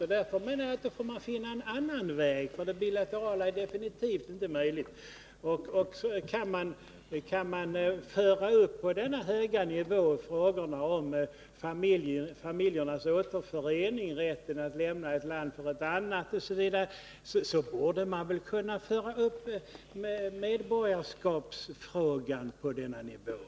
Då får man, enligt min mening, försöka finna en annan väg, för det är absolut inte möjligt att åstadkomma någonting på det bilaterala planet, Kan man föra upp frågorna om familjernas återförening, rätten att lämna ett land osv., på så hög nivå, borde man väl också kunna föra upp medborgarskapsfrågan till denna nivå.